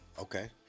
Okay